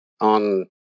on